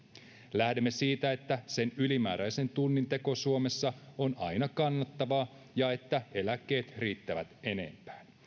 lähdemme siitä että sen ylimääräisen tunnin teko suomessa on aina kannattavaa ja että eläkkeet riittävät enempään